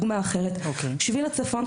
בשביל הצפון,